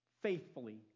faithfully